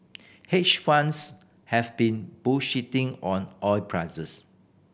hedge funds have been on oil prices